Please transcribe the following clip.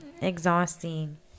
exhausting